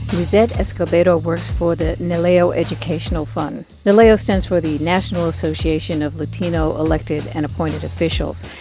lizette escobedo works for the naleo educational fund. naleo stands for the national association of latino-elected and appointed officials.